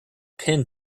pin